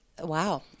wow